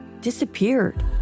disappeared